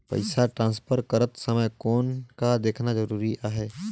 पइसा ट्रांसफर करत समय कौन का देखना ज़रूरी आहे?